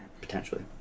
Potentially